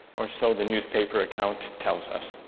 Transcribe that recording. or so the newspaper account tells us.